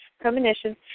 premonitions